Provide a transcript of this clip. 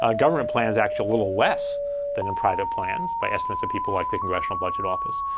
ah government plans actually a little less than in private plans, by estimates of people like the congressional budget office.